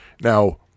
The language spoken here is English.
Now